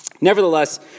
Nevertheless